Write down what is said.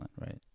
right